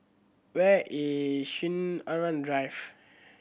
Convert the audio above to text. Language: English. where is Sinaran Drive